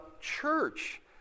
church